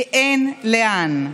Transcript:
כי אין לאן.